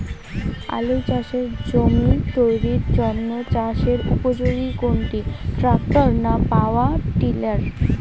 আলু চাষের জমি তৈরির জন্য চাষের উপযোগী কোনটি ট্রাক্টর না পাওয়ার টিলার?